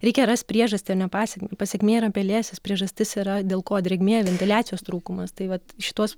reikia rast priežastį o ne pasėkmę pasekmė yra pelėsis priežastis yra dėl ko drėgmė ventiliacijos trūkumas tai vat šituos